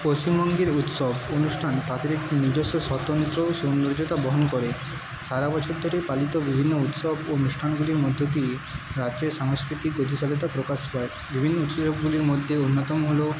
পশ্চিমবঙ্গের উৎসব অনুষ্ঠান তাদের একটি নিজস্ব স্বতন্ত্র সৌন্দর্য বহন করে সারা বছর ধরে পালিত বিভিন্ন উৎসব অনুষ্ঠানগুলির মধ্যে দিয়ে জাতীয় সাংস্কৃতিক প্রকাশ পায় বিভিন্ন উৎসবগুলির মধ্যে অন্যতম হল